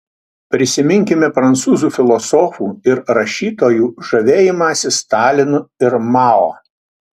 prisiminkime prancūzų filosofų ir rašytojų žavėjimąsi stalinu ir mao